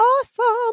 awesome